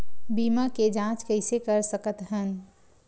बीमा के जांच कइसे कर सकत हन?